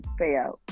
payout